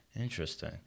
interesting